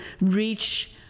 reach